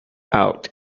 out